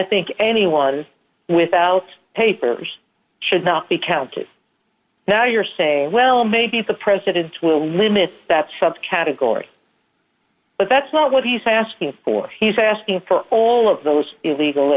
think anyone without papers should not be counted now you're saying well maybe the president will limit that subcategory but that's not what he's asking for he's asking for all of those illegal